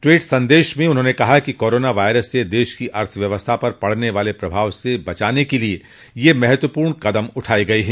tweet संदेश में उन्होंने कहा कि कोरोना वायरस से देश की अर्थव्यवस्था पर पड़ने वाले प्रभाव से बचाने के लिए ये महत्वपूर्ण कदम उठाये गए हैं